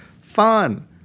fun